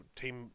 team